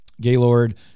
Gaylord